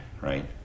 right